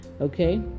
okay